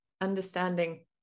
understanding